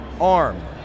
arm